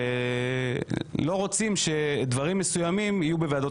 שלא רוצים שדברים מסוימים יהיו בוועדות